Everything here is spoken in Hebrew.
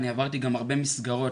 אני עברתי גם הרבה מסגרות,